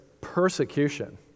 persecution